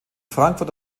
frankfurt